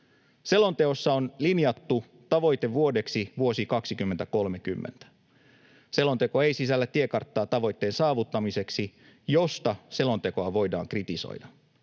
Selonteossa on linjattu tavoitevuodeksi vuosi 2030. Selonteko ei sisällä tiekarttaa tavoitteen saavuttamiseksi, mistä selontekoa voidaan kritisoida.